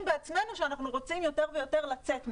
בעצמנו שאנחנו רוצים יותר ויותר לצאת מהם,